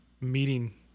meeting